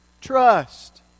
Trust